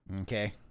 Okay